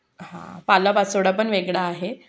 हां पाला पाचोळा पण वेगळा आहे